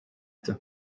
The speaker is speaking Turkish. etti